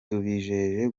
tubijeje